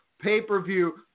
pay-per-view